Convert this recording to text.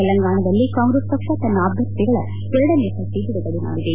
ತೆಲಂಗಾಣದಲ್ಲಿ ಕಾಂಗ್ರೆಸ್ ಪಕ್ಷ ತನ್ನ ಅಭ್ಯರ್ಥಿಗಳ ಎರಡನೇ ಪಟ್ಟ ಬಿಡುಗಡೆ ಮಾಡಿದೆ